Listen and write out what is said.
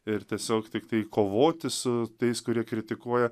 ir tiesiog tiktai kovoti su tais kurie kritikuoja